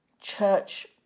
church